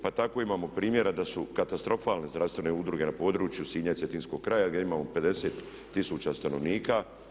Pa tako imamo primjera da su katastrofalne zdravstvene usluge na području Sinja i cetinskog kraja gdje imamo 50 tisuća stanovnika.